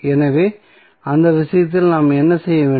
எனவே அந்த விஷயத்தில் நாம் என்ன செய்ய வேண்டும்